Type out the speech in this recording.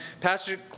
Pastor